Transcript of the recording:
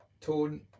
tone